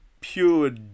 pure